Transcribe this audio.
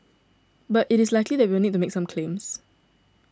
but it is likely that we will need to make some claims